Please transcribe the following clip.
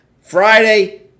Friday